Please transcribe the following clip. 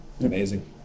Amazing